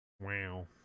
Wow